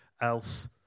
else